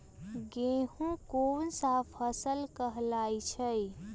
गेहूँ कोन सा फसल कहलाई छई?